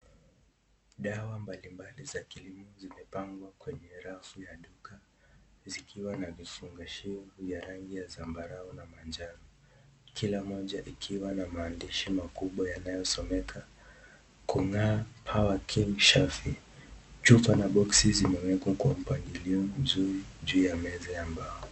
Dawa mbalimbali za kilimo zimepangwa kwenye rafu ya duka zikiwa na vifungishio vya rangi ya zambarau na manjano , kila moja ikiwa na maandishi makubwa yanayosomeka kung'aa power king safi, chupa na boxi zimewekwa kwa mpangilio mzuri juu ya meza ya mbao.